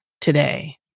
today